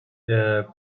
the